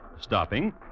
stopping